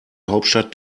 hauptstadt